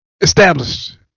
Established